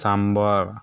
sambar